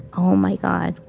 oh my god,